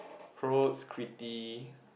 Croats Crete